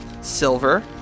Silver